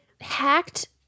hacked